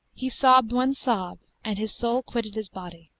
he sobbed one sob and his soul quitted his body.